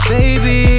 Baby